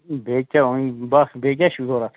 بیٚیہِ کیٛاہ وۅنۍ بَس بیٚیہِ کیٛاہ چھُ ضروٗرت